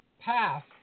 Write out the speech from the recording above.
Path